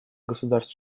государств